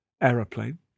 aeroplane